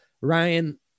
Ryan